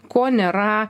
ko nėra